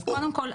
קודם כל,